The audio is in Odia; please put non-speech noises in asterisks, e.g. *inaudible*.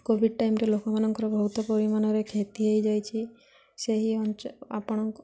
କୋଭିଡ଼୍ ଟାଇମ୍ରେ ଲୋକମାନଙ୍କର ବହୁତ ପରିମାଣରେ କ୍ଷତି ହେଇଯାଇଛି ସେହି *unintelligible* ଆପଣ